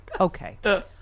okay